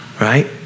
right